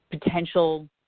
potential